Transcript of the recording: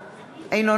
זה.